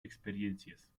experiencias